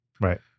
Right